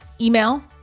email